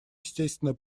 естественно